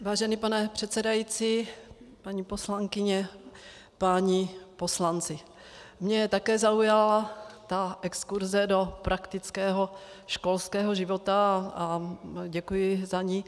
Vážený pane předsedající, paní poslankyně, páni poslanci, mě také zaujala ta exkurze do praktického školského života a děkuji za ni.